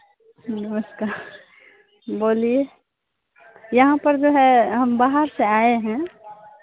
नमस्कार बोलिए यहाँ पर जो है हम बाहर से आए हैं